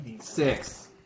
Six